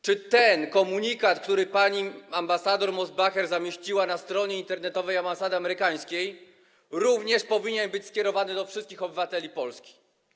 Czy ten komunikat, który pani ambasador Mosbacher zamieściła na stronie internetowej ambasady amerykańskiej, powinien być skierowany również do wszystkich obywateli Polski?